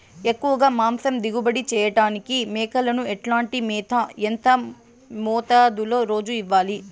ఎక్కువగా మాంసం దిగుబడి చేయటానికి మేకలకు ఎట్లాంటి మేత, ఎంత మోతాదులో రోజు ఇవ్వాలి?